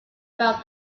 about